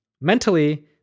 Mentally